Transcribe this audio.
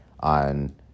On